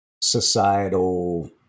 societal